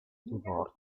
divorzio